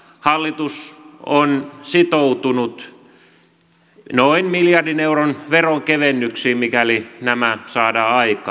hallitus on sitoutunut noin miljardin euron veronkevennyksiin mikäli nämä saadaan aikaan